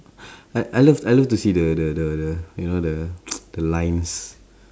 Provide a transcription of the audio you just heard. I love I love to see the the the the you know the the lines